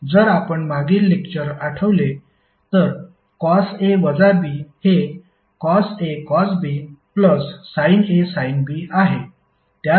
जर आपण मागील लेक्चर आठवले तर कॉस A वजा B हे cos A cos B plus sine A sine B आहे